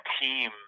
team